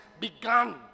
begun